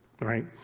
Right